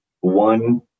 One